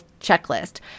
checklist